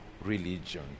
religion